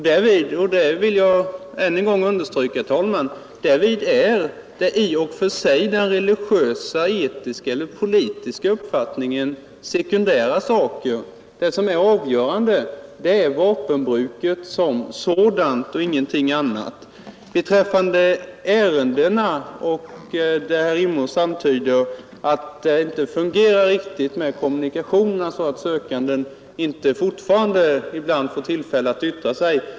Jag vill än en gång understryka, herr talman, att därvidlag är den religiösa, etiska eller politiska uppfattningen av sekundär betydelse. Det som är avgörande är vapenbruket som sådant och ingenting annat. Herr Rimås antyder att kommuniceringen med den sökande inte fungerar riktigt, på så sätt att den sökande fortfarande ibland inte får tillfälle att yttra sig.